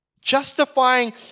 justifying